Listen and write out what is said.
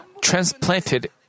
transplanted